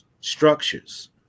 structures